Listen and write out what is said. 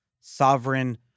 sovereign